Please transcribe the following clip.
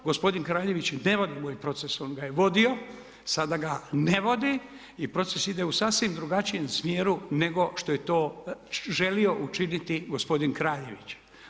Gospodin Kraljević ne vodi moj proces, on ga je vodio, sada ga ne vodi i proces ide u sasvim drugačijem smjeru nego što bi to želio učiniti gospodin Kraljević.